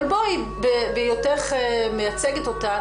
אבל בהיותך מייצגת אותה,